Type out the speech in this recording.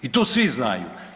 I to svi znaju.